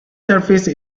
service